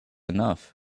enough